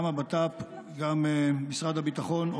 הבט"פ, גם משרד הביטחון.